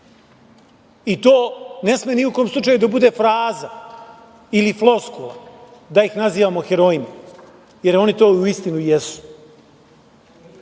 i to ne sme ni u kom slučaju da bude fraza i floskula, da ih nazivamo herojima, jer oni to uistinu